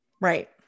Right